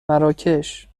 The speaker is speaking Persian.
مراکش